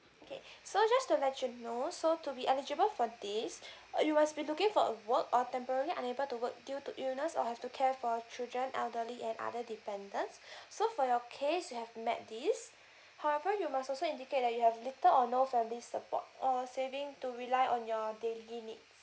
okay so just to let you know so to be eligible for this you must be looking for a work or temporary unable to work due to illness or have to care for children elderly and other dependents so for your case you have met this however you must also indicate that you have little or no family support or saving to rely on your daily need